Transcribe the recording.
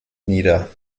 nieder